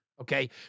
Okay